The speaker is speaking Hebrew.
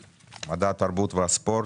פנייה מספר 93 ו-94,